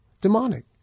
demonic